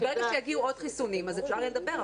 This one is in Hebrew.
ברגע שיגיעו עוד חיסונים אז אפשר יהיה לדבר,